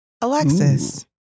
Alexis